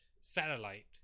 Satellite